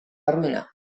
arruïnar